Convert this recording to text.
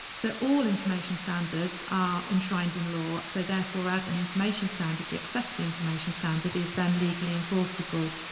so all information standards are enshrined in law, so therefore as an information standard the accessible information standard is then legally enforceable.